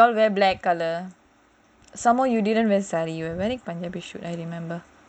then we all wear black colour some more you didn't wear saree you were wearing saree I remember